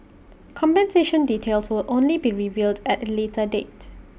compensation details will only be revealed at later date